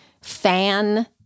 fan